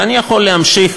ואני יכול להמשיך,